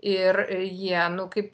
ir jie nu kaip